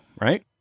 Right